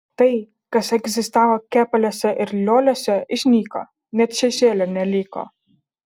tai kas egzistavo kepaliuose ir lioliuose išnyko net šešėlio neliko